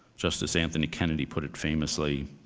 justice anthony kennedy put it famously,